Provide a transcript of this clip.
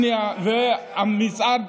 דגל אש"ף, והמצעד,